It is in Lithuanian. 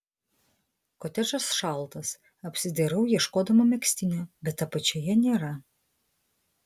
kotedžas šaltas apsidairau ieškodama megztinio bet apačioje nėra